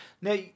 Now